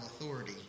authority